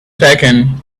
taken